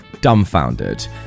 dumbfounded